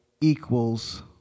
equals